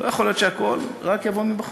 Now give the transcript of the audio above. לא יכול להיות שהכול יבוא רק מבחוץ.